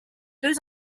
deux